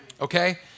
Okay